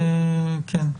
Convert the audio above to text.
כן.